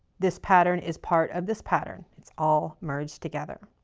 this pattern is part of this pattern. it's all merged together.